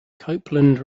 copeland